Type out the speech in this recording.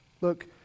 Look